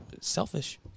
selfish